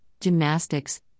gymnastics